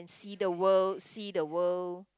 see the world see the world